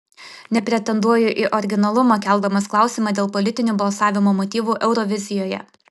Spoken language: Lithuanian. nepretenduoju į originalumą keldamas klausimą dėl politinių balsavimo motyvų eurovizijoje